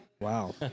Wow